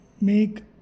make